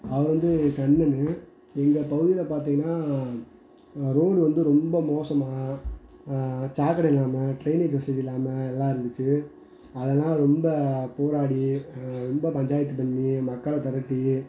அவர் வந்து கண்ணன்னு எங்கள் பகுதியில் பார்த்தீங்கன்னா ரோடு வந்து ரொம்ப மோசமாக சாக்கடை இல்லாமல் ட்ரைனேஜ் வசதி இல்லாமல் எல்லாம் இருந்துச்சு அதெல்லாம் ரொம்ப போராடி ரொம்ப பஞ்சாயத்து பண்ணி மக்களை தெரட்டி